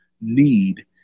need